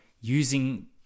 using